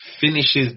Finishes